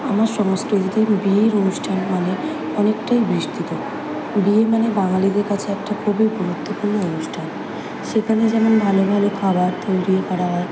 আমার সংস্কৃতিতে বিয়ের অনুষ্ঠান মানে অনেকটাই বিস্তৃত বিয়ে মানে বাঙালিদের কাছে একটা খুবই গুরুত্বপূর্ণ অনুষ্ঠান সেখানে যেমন ভালো ভালো খাবার তৈরি করা হয়